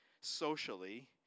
socially